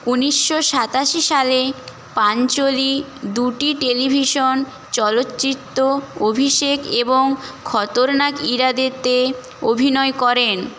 ঊনিশশো সাতাশি সালে পাঞ্চোলি দুটি টেলিভিশন চলচ্চিত্র অভিষেক এবং খতরনাক ইরাদেতে অভিনয় করেন